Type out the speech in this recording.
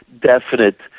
definite